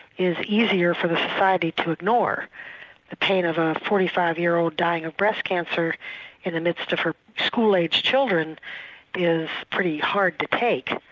is easier for the society to ignore. the pain of a forty five year old dying of breast cancer in the midst of her school-aged children is pretty hard to take.